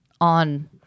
on